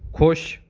ਖੁਸ਼